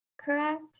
correct